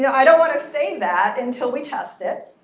yeah i don't want to say that until we test it.